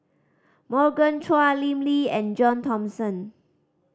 Morgan Chua Lim Lee and John Thomson